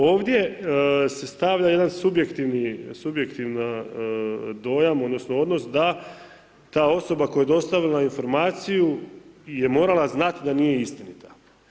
Ovdje se stavlja jedan subjektivni, subjektivan dojam, odnosno odnos da ta osoba koja je dostavila informaciju je morala znati da nije istinita.